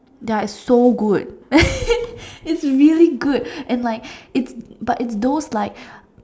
ya it's so good it's really good and like it's but it's those like